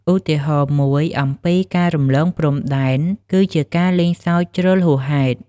ឧទាហរណ៍មួយអំពីការរំលងព្រំដែនគឺជាការលេងសើចជ្រុលហួសហេតុ។